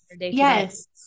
Yes